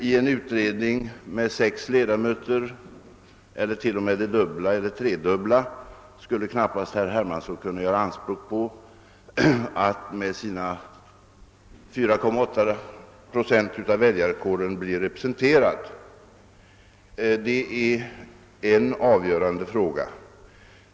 I en utredning med sex ledamö ter — eller det dubbla eller t.o.m. det tredubbla — kan herr Hermansson knappast göra anspråk på att med sina 4,8 procent av väljarkåren bli representerad. Det är en avgörande fråga.